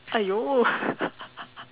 !aiyo!